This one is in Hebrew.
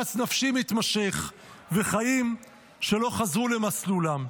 לחץ נפשי מתמשך וחיים שלא חזרו למסלולם.